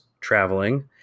traveling